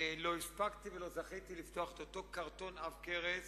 לא הספקתי ולא זכיתי לפתוח את אותו קרטון עב-כרס